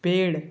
पेड़